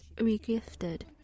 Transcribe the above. re-gifted